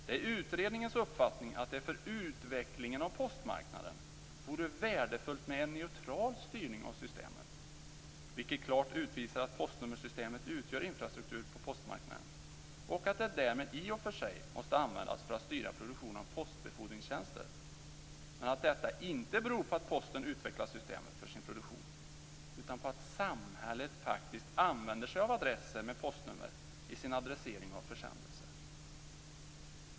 Det är utredningens uppfattning att det för utvecklingen av postmarknaden vore värdefullt med en neutral styrning av systemet vilken klart utvisar att postnummersystemet utgör infrastruktur på postmarknaden och att det därmed i och för sig måste användas för att styra produktionen av postbefordringstjänster, men att detta inte beror på att Posten utvecklat systemet för sin produktion utan på att samhället faktiskt använder sig av adresser med postnummer i sin adressering av försändelser.